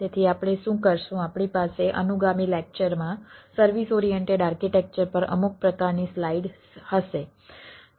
તેથી આપણે શું કરશું આપણી પાસે અનુગામી લેક્ચરમાં સર્વિસ ઓરિએન્ટેડ આર્કિટેક્ચર પર અમુક પ્રકારની સ્લાઇડ્સ હશે